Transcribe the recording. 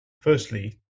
Firstly